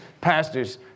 pastors